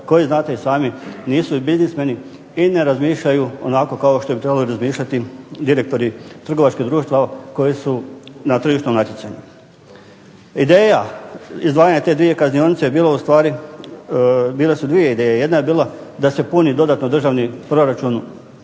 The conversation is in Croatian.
koji znate i sami nisu i biznismeni i ne razmišljaju onako kao što bi trebali razmišljati direktori trgovačkih društava koji su na tržišnom natjecanju. Ideja izdvajanja te dvije kaznionice je bilo ustvari, bile su dvije ideje. Jedna je bila da se puni dodatno državni proračun